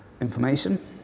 information